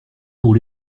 pour